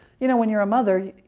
you know when you're a mother,